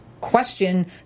question